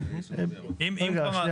רגע, שנייה.